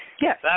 Yes